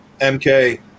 MK